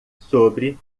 sobre